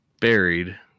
buried